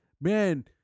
man